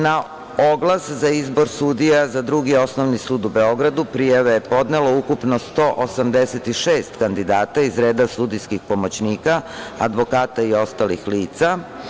Na oglas za izbor sudija za Drugi osnovni sud u Beogradu, prijave je podnelo ukupno 186 kandidata iz reda sudijskih pomoćnika, advokata i ostalih lica.